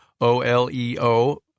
OLEO